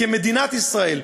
כמדינת ישראל,